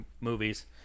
movies